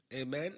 Amen